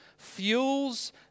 fuels